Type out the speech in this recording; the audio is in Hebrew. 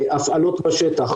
הפעלות בשטח,